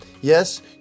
Yes